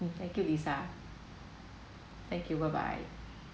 um thank you lisa thank you bye bye